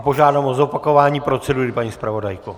Požádám o zopakování procedury, paní zpravodajko.